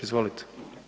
Izvolite.